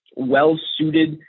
well-suited